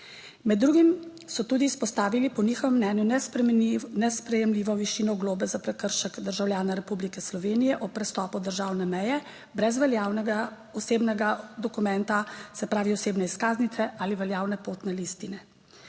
Med drugim so tudi izpostavili po njihovem mnenju nesprejemljivo višino globe za prekršek državljana Republike Slovenije ob prestopu državne meje brez veljavnega osebnega dokumenta, se pravi osebne izkaznice ali veljavne potne listine.